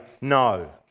no